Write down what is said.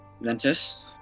Ventus